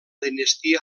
dinastia